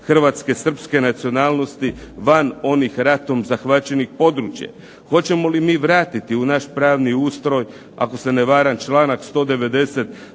hrvatske, srpske nacionalnosti van onih ratom zahvaćenih područja, hoćemo li mi vratiti u naš pravni ustroj ako se ne varam članak 190.